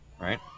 right